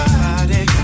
body